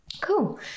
cool